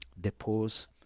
depose